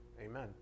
Amen